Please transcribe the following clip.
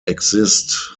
exist